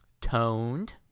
toned